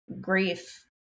grief